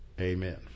Amen